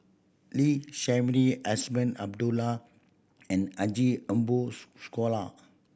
Lee Shermay Azman Abdullah and Haji Ambo Sooloh